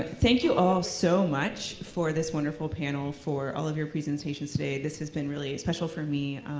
but thank you all so much for this wonderful panel, for all of your presentations today. this has been really special for me,